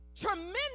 tremendous